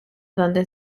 donde